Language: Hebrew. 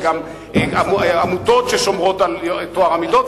וגם עמותות ששומרות על טוהר המידות,